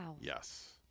yes